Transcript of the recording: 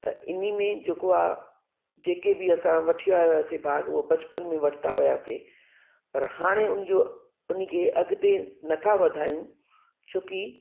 त इन में जेको आहे जेके असां वठी आयासीं भाग उहा बचपन में वठंदा हुआसीं पर हाणे उन जो उन खे अॻिते नथा वधायूं छोकी